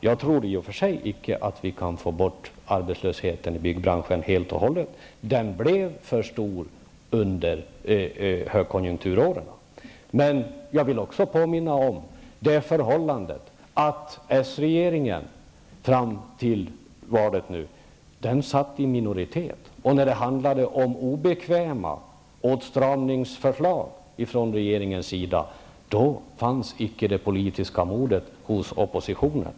Jag tror i och för sig inte att vi kan undanröja arbetslösheten inom byggbranschen helt och hållet, för den blev för stor under högkonjunkturåren. Men jag vill ändå påminna om det förhållandet att den socialdemokratiska regeringen fram till valet satt i minoritet. När det handlade om obekväma åtstramningar från regeringens sida, fanns inte det politiska modet hos oppositionen.